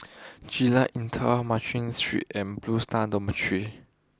Jalan Intan Mcnally Street and Blue Stars Dormitory